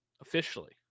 officially